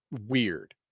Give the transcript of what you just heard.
weird